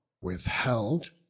withheld